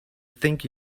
think